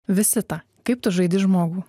visi tą kaip tu žaidi žmogų